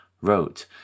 wrote